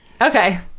Okay